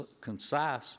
concise